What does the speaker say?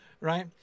Right